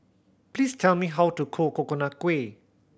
please tell me how to cook Coconut Kuih